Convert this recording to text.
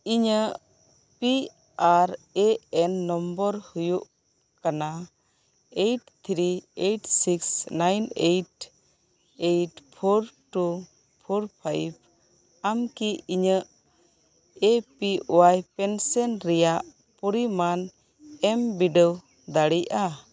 ᱚᱧᱟᱹᱜ P R A N number ᱦᱩᱭᱩᱜ ᱠᱟᱱᱟ eight three eight six nine eight eight four two four five ᱟᱢ ᱠᱤ ᱤᱧᱟᱹᱜ A P Y pension ᱨᱮᱭᱟᱜ ᱯᱚᱨᱤᱢᱟᱱ ᱮᱢ ᱵᱤᱰᱟᱹᱣ ᱫᱟᱲᱮᱜᱼᱟ